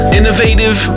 innovative